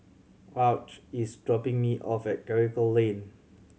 Arch is dropping me off at Karikal Lane